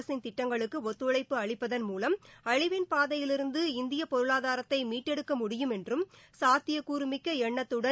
அரசின் திட்டங்களுக்கு ஒத்துழைப்பு அளிப்பதன் மூலம் அழிவின் பாதையிலிருந்து இந்திய பொருளாதாரத்தை மீட்டெடுக்க முடியும் என்றும் சாத்தியக்கூறுமிக்க எண்ணத்துடன்